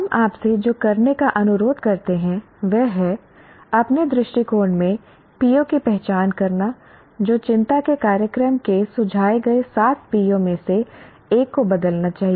हम आपसे जो करने का अनुरोध करते हैं वह है अपने दृष्टिकोण में PO की पहचान करना जो चिंता के कार्यक्रम के सुझाए गए सात PO में से एक को बदलना चाहिए